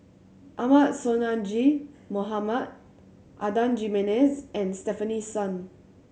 Ahmad Sonhadji Mohamad Adan Jimenez and Stefanie Sun